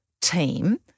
team